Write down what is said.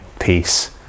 peace